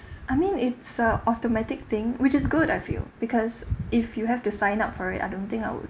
I mean it's a automatic thing which is good I feel because if you have to sign up for it I don't think I would